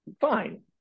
Fine